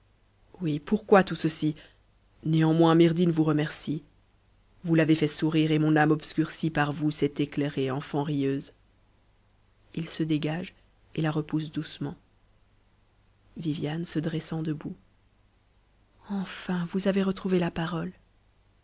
oui pourquoi tout ceci néanmoins myrdhinn vous remercie vous l'avez fait sourire et mon âme obscurcie par vous s'est éciairée enfant rieuse se dégage et la ft omm mf m viviane se m a m enfin vous avez retrouvé la parole